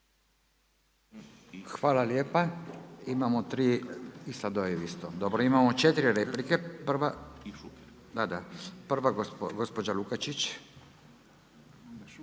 Hvala lijepa. Imamo tri, i Sladoljev isto, dobro imamo 4 replike. …/Upadica se ne čuje./… Da, da. Prva gospođa Lukačić.